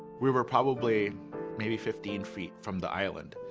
we were probably maybe fifteen feet from the island,